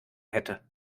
hätte